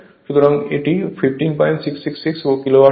সুতরাং এটি 15666 কিলোওয়াট হবে